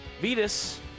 Vetus